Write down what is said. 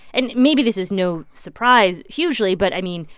and maybe this is no surprise, hugely, but i mean,